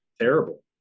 Terrible